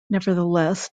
nevertheless